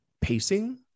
pacing